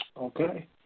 okay